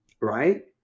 right